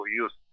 use